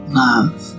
love